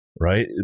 right